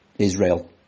Israel